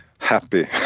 happy